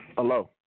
Hello